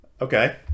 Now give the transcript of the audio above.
Okay